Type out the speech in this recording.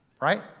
Right